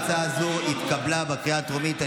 אף הצעה זו התקבלה בקריאה הטרומית.